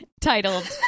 Titled